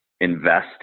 invest